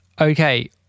okay